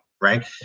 right